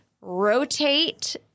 rotate